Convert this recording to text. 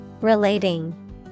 Relating